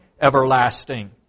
everlasting